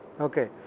okay